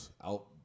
out